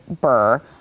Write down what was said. Burr